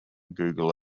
google